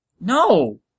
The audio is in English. No